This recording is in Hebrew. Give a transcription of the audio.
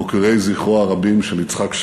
מוקירי זכרו הרבים של יצחק שמיר,